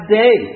day